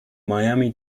miami